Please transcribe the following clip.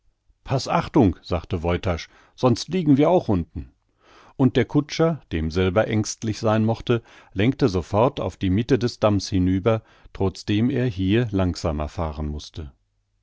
paß achtung sagte woytasch sonst liegen wir auch unten und der kutscher dem selber ängstlich sein mochte lenkte sofort auf die mitte des damms hinüber trotzdem er hier langsamer fahren mußte